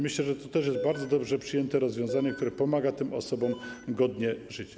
Myślę, że to też jest bardzo dobrze przyjęte rozwiązanie, które pomaga tym osobom godnie żyć.